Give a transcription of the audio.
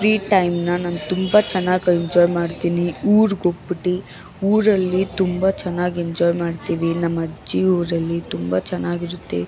free ಟೈಮ್ನ ನಾನು ತುಂಬ ಚೆನ್ನಾಗಿ ಎಂಜಾಯ್ ಮಾಡ್ತೀನಿ ಊರ್ಗೋಗ್ಬಿಟ್ಟು ಊರಲ್ಲಿ ತುಂಬ ಚೆನ್ನಾಗಿ ಎಂಜಾಯ್ ಮಾಡ್ತೀವಿ ನಮ್ಮಜ್ಜಿ ಊರಲ್ಲಿ ತುಂಬ ಚೆನ್ನಾಗಿರುತ್ತೆ